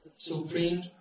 supreme